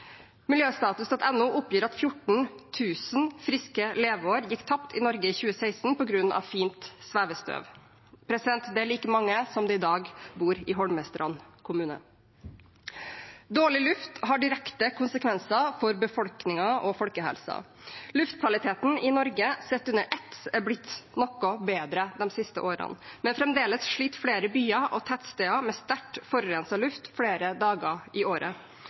oppgir at 14 000 friske leveår gikk tapt i Norge i 2016 på grunn av fint svevestøv. Det er like mange som det i dag bor i Holmestrand kommune. Dårlig luft har direkte konsekvenser for befolkningen og folkehelsen. Luftkvaliteten i Norge sett under ett er blitt noe bedre de siste årene, men fremdeles sliter flere byer og tettsteder med sterkt forurenset luft flere dager i året.